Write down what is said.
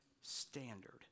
standard